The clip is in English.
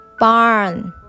Barn